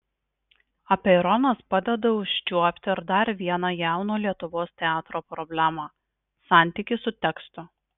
apeironas padeda užčiuopti ir dar vieną jauno lietuvos teatro problemą santykį su tekstu